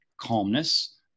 calmness